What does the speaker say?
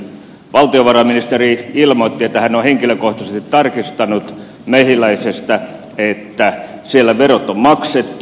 valtiovarainministeri ilmoitti että hän on henkilökohtaisesti tarkistanut mehiläisestä että siellä verot on maksettu